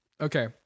Okay